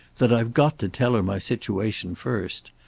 that i've got to tell her my situation first.